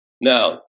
Now